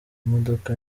modoka